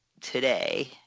today